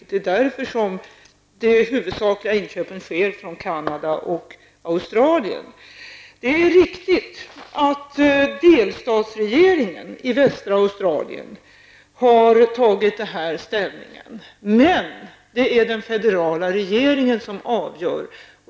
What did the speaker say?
Det är också därför som inköpen huvudsakligen sker från Canada och Australien. Det är riktigt att delstatsregeringen i västra Australien har gjort detta ställningstagande, men det är den federala regeringen som avgör.